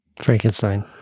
Frankenstein